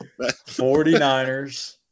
49ers